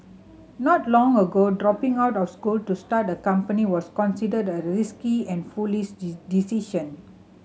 not long ago dropping out of school to start a company was considered a risky and foolish decision